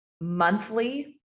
monthly